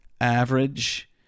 Average